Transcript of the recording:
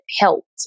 helped